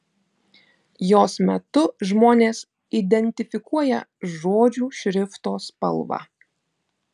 jos metu žmonės identifikuoja žodžių šrifto spalvą